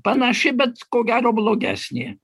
panaši bet ko gero blogesnė